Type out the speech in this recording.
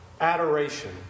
adoration